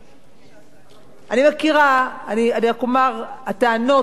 אני רק אומר, הטענות ידועות ומוכרות.